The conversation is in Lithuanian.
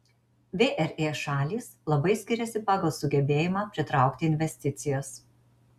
vre šalys labai skiriasi pagal sugebėjimą pritraukti investicijas